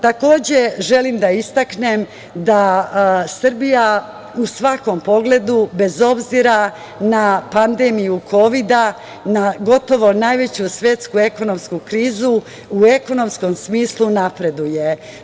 Takođe, želim da isteknem da Srbija u svakom pogledu bez obzira na pandemiju Kovida, na gotovo najveću svetsku ekonomsku krizu, u ekonomsku smislu napreduje.